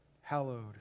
Hallowed